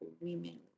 women